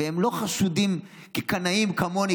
והם לא חשודים כקנאים כמוני,